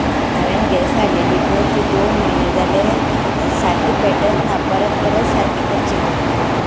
हांवें गॅस हाडलेली ती पळय दोन म्हयने जाले पेटच ना परत परत सारकी करची पडटा